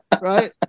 right